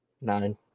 Nine